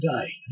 today